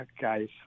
guys